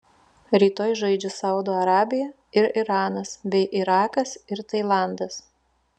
rytoj žaidžia saudo arabija ir iranas bei irakas ir tailandas